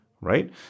right